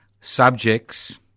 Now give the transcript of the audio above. subjects